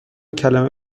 کلمه